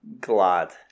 glad